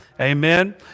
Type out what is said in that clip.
Amen